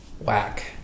whack